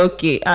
Okay